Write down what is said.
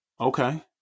Okay